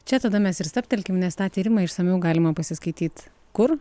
čia tada mes ir stabtelkim nes tą tyrimą išsamiau galima pasiskaityt kur